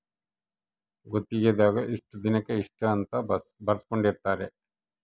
ಗುತ್ತಿಗೆ ದಾಗ ಇಷ್ಟ ದಿನಕ ಇಷ್ಟ ಅಂತ ಬರ್ಸ್ಕೊಂದಿರ್ತರ